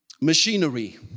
machinery